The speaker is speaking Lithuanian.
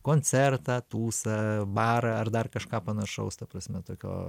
koncertą tūsą barą ar dar kažką panašaus ta prasme tokio